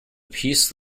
peace